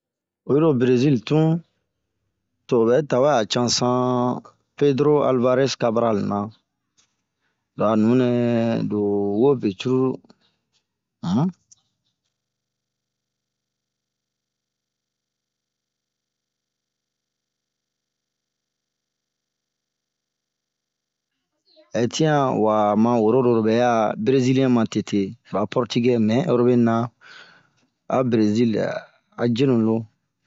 Oyilo berezil tun, to 'o bɛ tawɛ a cansan pedoro albarɛse kabarali na lo a nuunɛ ro wobe cururu unh tin a ma woro loro bɛ a bereziliɛn matete ,ro a pɔrtigɛ mɛ a ro be na a berezil a yenu loo.